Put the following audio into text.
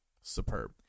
superb